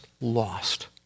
lost